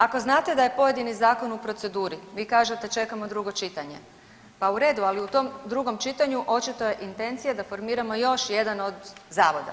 Ako znate da je pojedini zakon u proceduri, vi kažete, čekamo drugo čitanje, pa u redu, ali u tom drugom čitanju, očito je intencija da formiramo još jedan od zavoda.